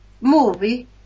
movie